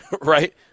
Right